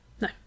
no